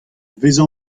vezañ